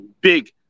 big